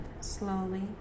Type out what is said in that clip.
slowly